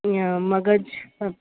या मगज़ हा